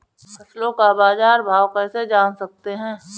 फसलों का बाज़ार भाव कैसे जान सकते हैं?